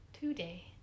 today